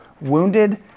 wounded